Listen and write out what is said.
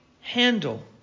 handle